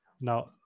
Now